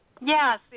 Yes